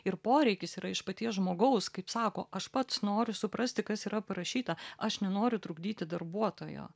ir poreikis yra iš paties žmogaus kaip sako aš pats noriu suprasti kas yra parašyta aš nenoriu trukdyti darbuotojo